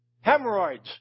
hemorrhoids